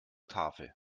tafel